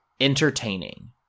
entertaining